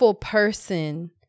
person